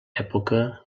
època